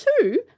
two